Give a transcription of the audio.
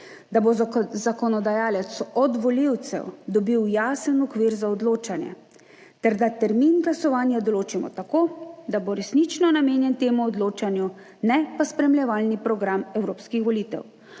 da bo zakonodajalec od volivcev dobil jasen okvir za odločanje ter da termin glasovanja določimo tako, da bo resnično namenjen temu odločanju, ne pa spremljevalni program evropskih volitev.